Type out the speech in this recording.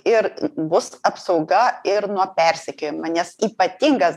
ir bus apsauga ir nuo persekiojo nes ypatingas